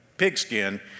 pigskin